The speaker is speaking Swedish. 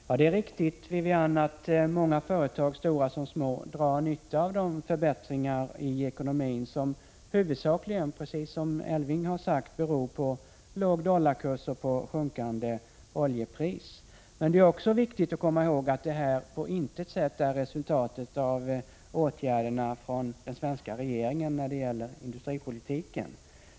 Herr talman! Det är riktigt, Wivi-Anne Radesjö, att många företag — stora som små — drar nytta av de förbättringar i ekonomin som huvudsakligen, precis som Elving Andersson har sagt, beror på låg dollarkurs .och på sjunkande oljepris. Men det är också viktigt att komma ihåg att detta på intet sätt är resultatet av den svenska regeringens åtgärder när det gäller industripolitiken.